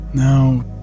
Now